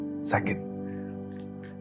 Second